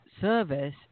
service